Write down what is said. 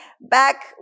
Back